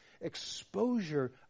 exposure